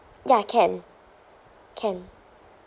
ya can can